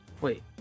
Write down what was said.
Wait